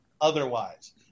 otherwise